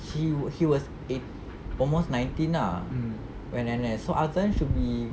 he he was eight almost nineteen ah when N_S so azlan should be